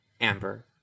Amber